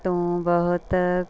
ਤੋਂ ਬਹੁਤ